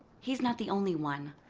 he's not the only one.